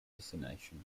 destination